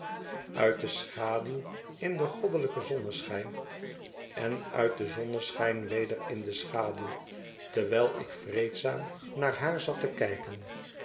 uit de schaduw in den goddelijken zonneschijn en uit den zonneschijn weder in de schaduw terwijl ik vreedzaam naar haar zat te kijken